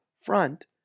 front